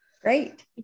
Great